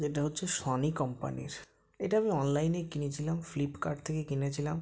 যেটা হচ্ছে সনি কম্পানির এটা আমি অনলাইনেই কিনেছিলাম ফ্লিপকার্ট থেকে কিনেছিলাম